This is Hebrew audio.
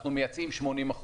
אנחנו מייצאים 80%,